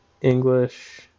English